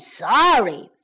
sorry